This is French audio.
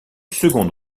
seconde